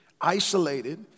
isolated